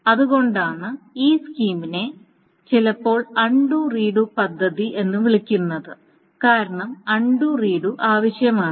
അതുകൊണ്ടാണ് ഈ സ്കീമിനെ ചിലപ്പോൾ അൺണ്ടു റീഡു പദ്ധതി എന്നും വിളിക്കുന്നത് കാരണം അൺണ്ടു റീഡു ആവശ്യമാണ്